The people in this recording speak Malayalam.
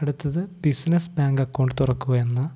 അടുത്തത് ബിസിനസ്സ് ബാങ്ക് അക്കൗണ്ട് തുറക്കുക എന്ന